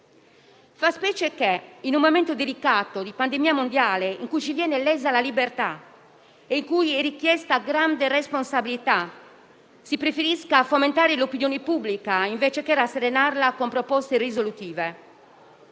Fa specie che in un momento delicato di pandemia mondiale, in cui viene lesa la libertà e in cui è richiesta grande responsabilità, si preferisca fomentare l'opinione pubblica, anziché rasserenarla con proposte risolutive.